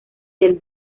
del